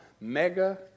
mega